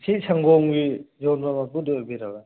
ꯁꯤ ꯁꯪꯒꯣꯝꯒꯤ ꯌꯣꯟꯕ ꯃꯄꯨꯗꯣ ꯑꯣꯏꯕꯤꯔꯕ